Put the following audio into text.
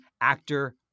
actor